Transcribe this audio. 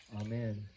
Amen